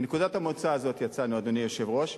מנקודת המוצא הזאת יצאנו, אדוני היושב-ראש,